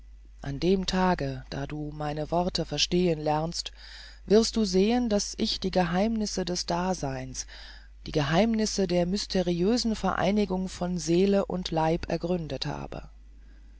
an dem tage da du meine worte verstehen lernst wirst du sehen daß ich die geheimnisse des daseins die geheimnisse der mysteriösen vereinigung von seele und leib ergründet habe